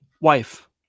wife